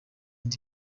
miti